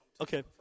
okay